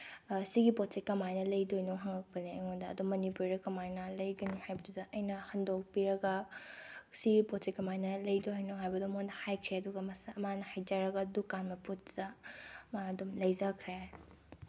ꯁꯤꯒꯤ ꯄꯣꯠꯁꯦ ꯀꯃꯥꯏꯅ ꯂꯩꯗꯣꯏꯅꯣ ꯍꯪꯉꯛꯄꯅꯦ ꯑꯩꯉꯣꯟꯗ ꯑꯗꯨ ꯃꯅꯤꯄꯨꯔꯤꯗ ꯀꯃꯥꯏꯅ ꯂꯩꯒꯅꯤ ꯍꯥꯏꯕꯗꯨꯗ ꯑꯩꯅ ꯍꯟꯗꯣꯛꯄꯤꯔꯒ ꯁꯤꯒꯤ ꯄꯣꯠꯁꯦ ꯀꯃꯥꯏꯅ ꯂꯩꯗꯣꯏꯅꯣ ꯍꯥꯏꯕꯗꯣ ꯃꯣꯏꯗ ꯍꯥꯏꯈ꯭ꯔꯦ ꯑꯗꯨꯒ ꯃꯥꯅ ꯍꯥꯏꯖꯔꯒ ꯗꯨꯀꯥꯟ ꯃꯄꯨꯗꯨꯗ ꯃꯥ ꯑꯗꯨꯝ ꯂꯩꯖꯈ꯭ꯔꯦ